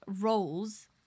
roles